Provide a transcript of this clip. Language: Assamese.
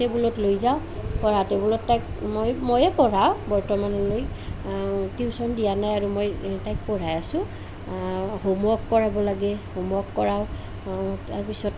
টেবুলত লৈ যাওঁ পঢ়া টেবুলত তাইক মই ময়ে পঢ়াওঁ বৰ্তমানলৈ টিউশ্যন দিয়া নাই আৰু মই তাইক পঢ়াই আছোঁ হোমৱৰ্ক কৰাব লাগে হোমৱৰ্ক কৰাওঁ তাৰপিছত